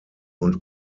und